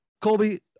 Colby